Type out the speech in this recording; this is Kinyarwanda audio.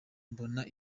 mbona